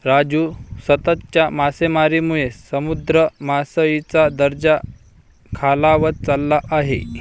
राजू, सततच्या मासेमारीमुळे समुद्र मासळीचा दर्जा खालावत चालला आहे